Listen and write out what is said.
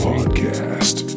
Podcast